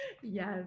Yes